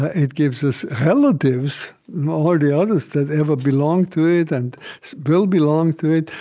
ah it gives us relatives in all the others that ever belonged to it and will belong to it.